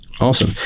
Awesome